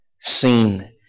seen